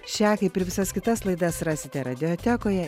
šią kaip ir visas kitas laidas rasite radiotekoje